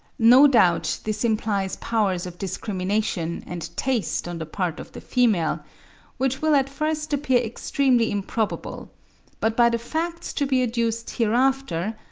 no doubt this implies powers of discrimination and taste on the part of the female which will at first appear extremely improbable but by the facts to be adduced hereafter,